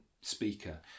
speaker